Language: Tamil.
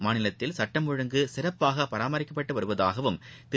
மாநிலத்தில் சட்டம் ஒழுங்கு சிறப்பாகபராமரிக்கப்பட்டுவருவதாகவும் திரு